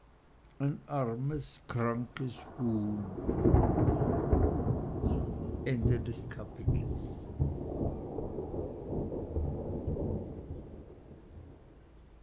ein armes krankes huhn siebentes kapitel